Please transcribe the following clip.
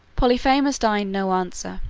polyphemus deigned no answer,